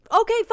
okay